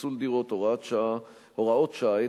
פיצול דירות) (הוראת שעה),